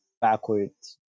backwards